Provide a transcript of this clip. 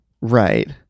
Right